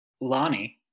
Lonnie